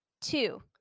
Two